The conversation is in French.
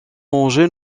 anger